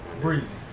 breezy